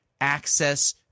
access